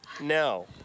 No